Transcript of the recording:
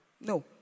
No